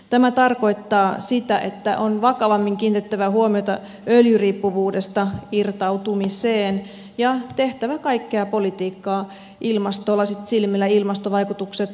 tämä tarkoittaa sitä että on vakavammin kiinnitettävä huomiota öljyriippuvuudesta irtautumiseen ja tehtävä kaikkea politiikkaa ilmastolasit silmillä ilmastovaikutukset huomioiden